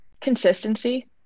Consistency